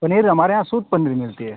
पनीर हमारे यहाँ शुद्ध पनीर मिलता है